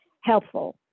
helpful